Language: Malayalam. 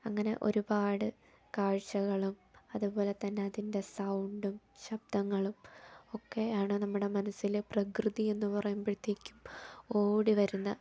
അങ്ങനെ ഒരുപാട് കാഴ്ചകളും അതുപോലെ തന്നെ അതിൻ്റെ സൗണ്ടും ശബ്ദങ്ങളും ഒക്കെയാണ് നമ്മുടെ മനസ്സിലെ പ്രകൃതിയെന്നു പറയുമ്പോഴത്തേക്കും ഓടി വരുന്ന